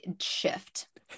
shift